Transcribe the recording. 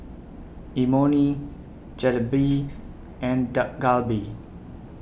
Imoni Jalebi and Dak Galbi